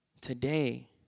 Today